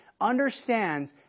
understands